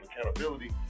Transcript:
accountability